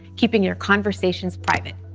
keeping your conversations private.